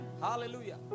Hallelujah